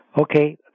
Okay